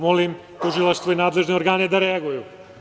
Molim tužilaštvo i nadležne organe da reaguju.